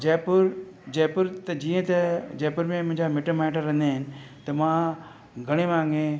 जयपुर जयपुर त जीअं त जयपुर में मुंहिंजा मिटु माइटु रहंदा आहिनि त मां घणे भाङे